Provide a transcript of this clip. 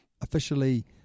officially